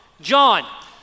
John